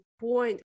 point